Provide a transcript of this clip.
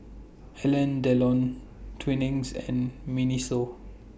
Alain Delon Twinings and Miniso